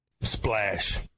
Splash